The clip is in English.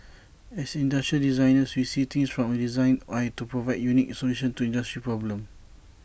as industrial designers we see things from A designer's eye to provide unique solutions to industry problems